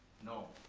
no.